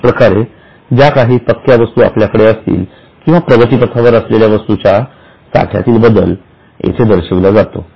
याच प्रकारे ज्या काही पक्क्या वस्तू आपल्याकडे असतील किंवा प्रगतीपथावर असलेल्या वस्तूच्या साठ्यातील बद्दल येथे दर्शविला जातो